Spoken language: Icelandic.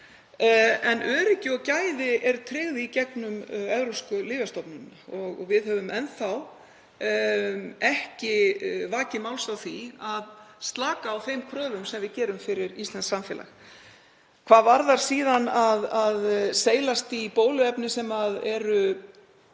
en öryggi og gæði eru tryggð í gegnum Evrópsku lyfjastofnunina. Við höfum enn þá ekki vakið máls á því að slaka á þeim kröfum sem við gerum fyrir íslenskt samfélag. Hvað varðar síðan að seilast í bóluefni sem eru